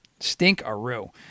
Stink-a-roo